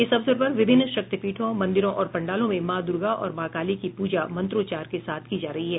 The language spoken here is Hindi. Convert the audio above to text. इस अवसर पर विभिन्न शक्तिपीठों मंदिरों और पंडालों में माँ दुर्गा और माँ काली की पूजा मंत्रोचार के साथ की जा रही है